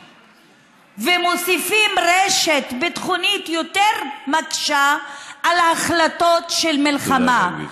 ומוסיפים רשת ביטחונית שיותר מקשה על החלטות של מלחמה.